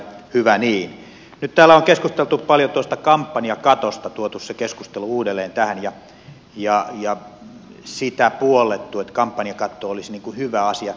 nyt täällä on keskusteltu paljon kampanjakatosta tuotu se keskusteluun uudelleen ja puollettu sitä että kampanjakatto olisi hyvä asia